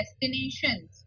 destinations